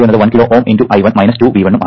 അതിനാൽ V2 എന്നത് 1 kilo Ω I1 2 V1 ഉം ആണ്